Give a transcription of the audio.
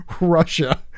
Russia